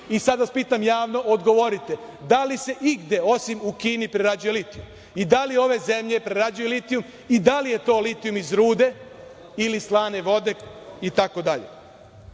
vas pitam javno - da li se igde, osim u Kini, prerađuje litijum i da li ove zemlje prerađuju litijum i da li je to litijum iz rude ili slane vode, itd? Ono